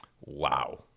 Wow